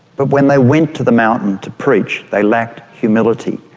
but when they went to the mountain to preach they lacked humility,